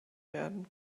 werden